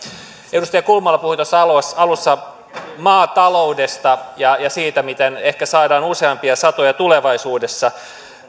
edustaja kulmala puhui alussa maataloudesta ja siitä miten ehkä saadaan useampia satoja tulevaisuudessa